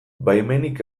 baimenik